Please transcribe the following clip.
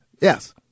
Yes